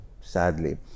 sadly